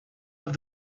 have